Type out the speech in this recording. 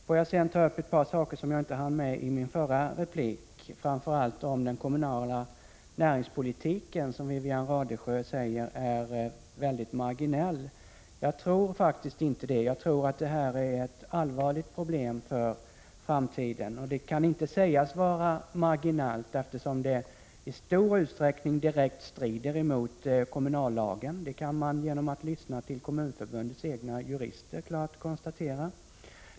Får jag sedan ta upp ett par saker jag inte hann med i min förra replik, framför allt om den kommunala näringspolitiken, som Wivi-Anne Radesjö säger är väldigt marginell. Jag tror faktiskt inte det. Jag tror att det här är ett allvarligt problem för framtiden. Det kan inte sägas vara marginellt, eftersom det i stor utsträckning direkt strider mot kommunallagen. Det kan man genom att lyssna till Kommunförbundets egna jurister klart konstatera.